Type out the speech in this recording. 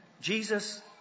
Jesus